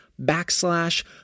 backslash